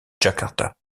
jakarta